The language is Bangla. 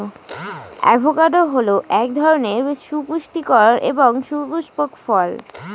অ্যাভোকাডো হল এক ধরনের সুপুষ্টিকর এবং সপুস্পক ফল